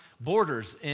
borders